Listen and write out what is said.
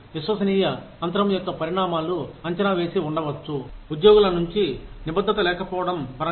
విశ్వసనీయ అంతరం యొక్క పరిణామాలు అంచనా వేసి ఉండవచ్చు ఉద్యోగుల నుంచి నిబద్ధత లేకపోవడం పరంగా